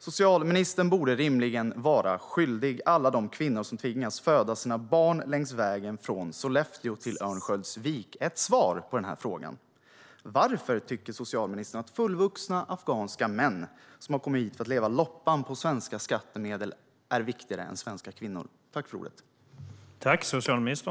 Socialministern borde rimligen vara skyldig alla de kvinnor som tvingas föda sina barn längs vägen från Sollefteå till Örnsköldsvik ett svar på frågan: Varför tycker socialministern att fullvuxna afghanska män som har kommit hit för att leva loppan på svenska skattemedel är viktigare än svenska kvinnor?